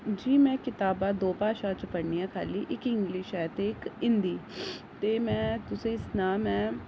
जी में कताबां द'ऊं भाशाएं च पढ़नी आं खाल्ली इक इंग्लिश ऐ ते इक हिंदी ते में तुसें ई सनाऽ में